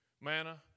Manna